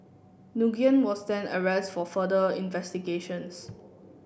Nguyen was then arrest for further investigations